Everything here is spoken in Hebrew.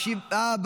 בושה.